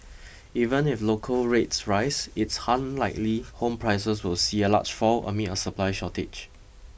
even if local rates rise it's unlikely home prices will see a large fall amid a supply shortage